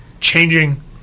changing